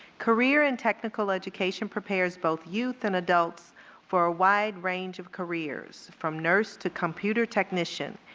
career and technical education prepares both youth and adults for a wide range of careers, from nurse to computer technician.